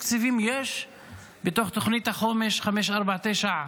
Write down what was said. יש תקציבים בתוך תוכנית החומש 549,